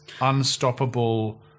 unstoppable